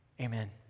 Amen